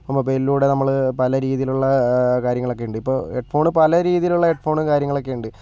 ഇപ്പോൾ മൊബൈലിലൂടെ നമ്മൾ പല രീതിയിലുള്ള കാര്യങ്ങളൊക്കെയുണ്ട് ഇപ്പോൾ ഹെഡ്ഫോണ് പല രീതിയിലുള്ള ഹെഡ്ഫോണ് കാര്യങ്ങളൊക്കെ ഉണ്ട്